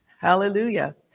Hallelujah